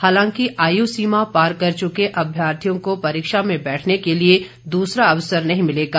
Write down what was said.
हालांकि आयु सीमा पार कर चुके अभ्यर्थियों को परीक्षा में बैठने के लिए दूसरा अवसर नहीं मिलेगा